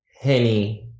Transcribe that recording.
henny